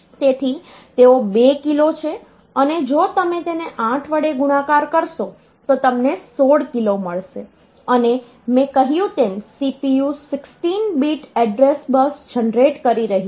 તેથી તેઓ 2 કિલો છે અને જો તમે તેને 8 વડે ગુણાકાર કરશો તો તમને 16 કિલો મળશે અને મેં કહ્યું તેમ CPU 16 bit address bus generate કરી રહ્યું છે